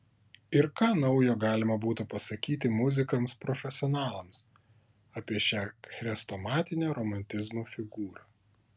ir ką naujo galima būtų pasakyti muzikams profesionalams apie šią chrestomatinę romantizmo figūrą